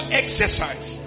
exercise